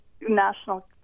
national